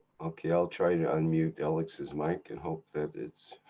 okay i'll try to unmute alex's mic and hope that it's.